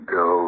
go